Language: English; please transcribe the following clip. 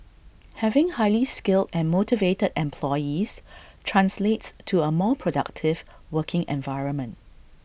having highly skilled and motivated employees translates to A more productive working environment